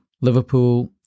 Liverpool